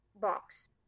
box